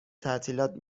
تعطیلات